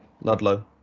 Ludlow